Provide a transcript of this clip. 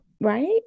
Right